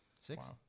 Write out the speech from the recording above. Six